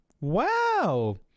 Wow